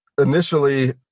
Initially